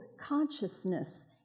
consciousness